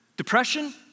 Depression